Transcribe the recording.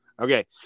Okay